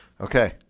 Okay